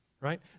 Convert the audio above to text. right